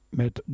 met